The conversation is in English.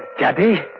daddy,